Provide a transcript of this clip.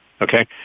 Okay